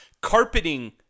carpeting